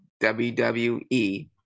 WWE